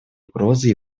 угрозы